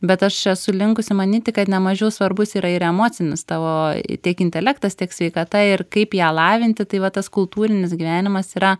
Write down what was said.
bet aš esu linkusi manyti kad ne mažiau svarbus yra ir emocinis tavo tiek intelektas tiek sveikata ir kaip ją lavinti tai va tas kultūrinis gyvenimas yra